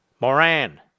Moran